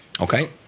Okay